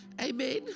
Amen